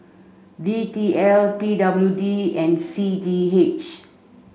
D T L P W D and C D H